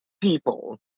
people